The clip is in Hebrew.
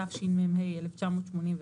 התשמ"א-1981,